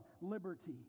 liberty